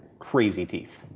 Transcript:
crazy teeth.